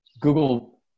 Google